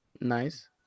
Nice